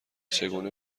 چگونه